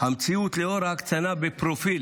המציאות לאור ההקצנה בפרופיל